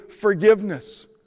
forgiveness